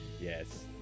Yes